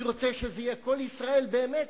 אני רוצה שזה יהיה קול ישראל באמת,